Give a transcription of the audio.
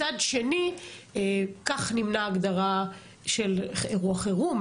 מצד שני כך נמנעה ההגדרה של אירוע חירום,